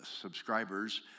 subscribers